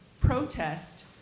protest